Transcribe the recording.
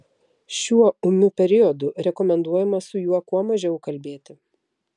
šiuo ūmiu periodu rekomenduojama su juo kuo mažiau kalbėti